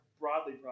broadly